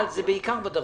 זו ההוצאה.